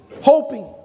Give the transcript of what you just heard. Hoping